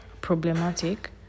problematic